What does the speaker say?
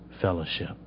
Fellowship